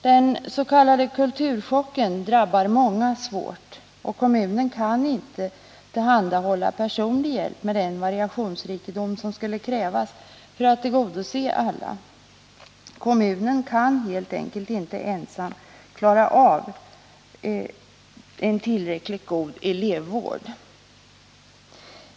Den s.k. kulturchocken drabbar många svårt, och kommunen kan inte tillhandahålla personlig hjälp med den variationsrikedom som skulle krävas för att tillgodose alla. Kommunen kan helt enkelt inte ensam åstadkomma en tillräckligt god elevvård.